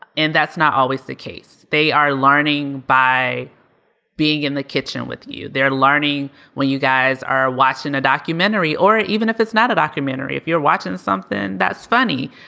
and that's not always the case. they are learning by being in the kitchen with you. they're learning when you guys are watching a documentary or even if it's not a documentary, if you're watching something that's funny,